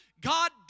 God